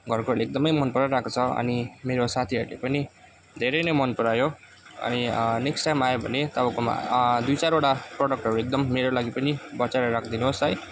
घरकोहरूले एकदमै मन पराइरहेको छ अनि मेरो साथीहरूले पनि धेरै नै मन परायो अनि नेक्स्ट टाइम आयो भने तपाईँकोमा दुई चारवटा प्रडक्टहरू एकदम मेरो लागि पनि बचाएर राखिदिनुहोस् है